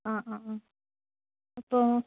ആ ആ ആ അപ്പോൾ